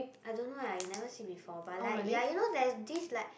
I don't know lah you never see before but like ya you know there's this like